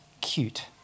cute